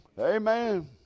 Amen